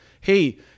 hey